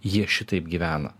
jie šitaip gyvena